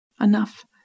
Enough